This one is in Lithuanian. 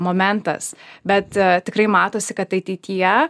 momentas bet tikrai matosi kad ateityje